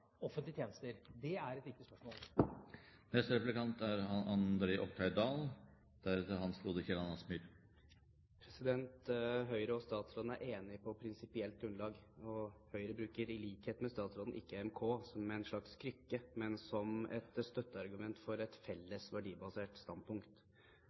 offentlige tjenester. Det er et viktig spørsmål. . Høyre og statsråden er enige på prinsipielt grunnlag, og Høyre bruker, i likhet med statsråden, ikke EMK som en slags krykke, men som et støtteargument for et